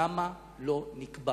למה לא נקבע